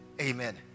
Amen